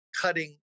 cutting